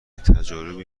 تجاربی